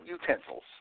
utensils